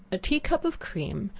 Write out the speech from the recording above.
a tea-cup of cream,